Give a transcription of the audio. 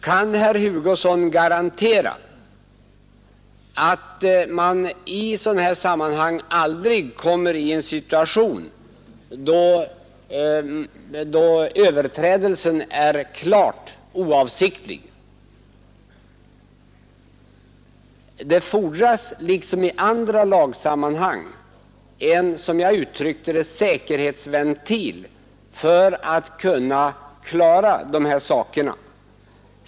Kan herr Hugosson garantera att man i sådana här sammanhang aldrig kommer i en situation då överträdelsen är klart oavsiktlig? Det fordras liksom i andra lagsammanhang en, som jag uttryckte det, säkerhetsventil för att kunna klara dessa saker.